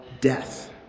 death